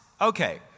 okay